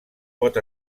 pot